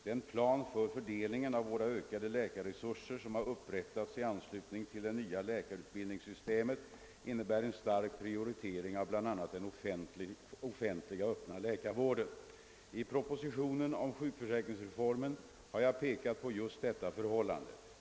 Den plan för fördelningen av våra ökande läkarresurser, som har upprättats i anslutning till det nya läkarutbildningssystemet, innebär en stark prioritering av bl.a. den offentliga öppna läkarvården. I propositionen om sjukförsäkringsreformen har jag pekat på just detta förhållande.